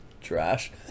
Trash